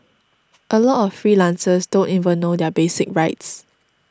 a lot of freelancers don't even know their basic rights